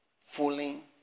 Fooling